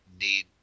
need